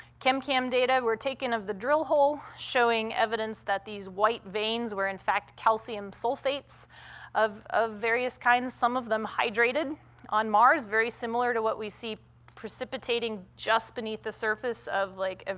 chemcam data were taken of the drill hole, showing evidence that these white veins were in fact calcium sulfates of of various kinds, some of them hydrated on mars, very similar to what we see precipitating just beneath the surface of, like,